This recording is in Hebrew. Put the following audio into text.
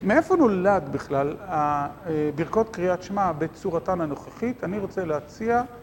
מאיפה נולד בכלל הבירכות קריאת שמע בצורתן הנוכחית? אני רוצה להציע...